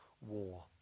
war